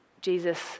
Jesus